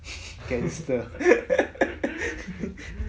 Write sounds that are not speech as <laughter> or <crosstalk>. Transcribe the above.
<laughs> gangster <laughs>